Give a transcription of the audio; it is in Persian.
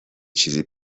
چیزی